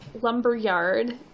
Lumberyard